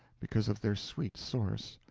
because of their sweet source,